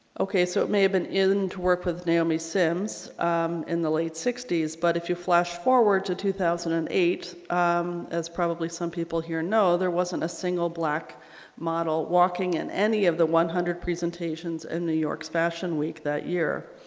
okay so it may have been in to work with naomi sims in the late sixty s but if you flash forward to two thousand and eight um as probably some people here know there wasn't a single black model walking in any of the one hundred presentations in new york's fashion week that year.